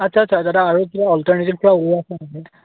আচ্ছা আচ্ছা দাদা আৰু কিবা অলটাৰনেটি